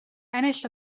ennill